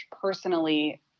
personally